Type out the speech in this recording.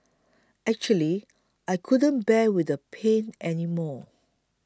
actually I couldn't bear with the pain anymore